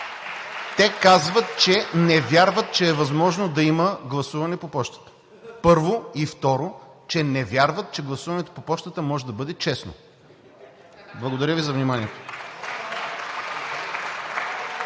те казват, че не вярват, че е възможно да има гласуване по пощата – първо, и, второ, че не вярват, че гласуването по пощата може да бъде честно. Благодаря Ви за вниманието.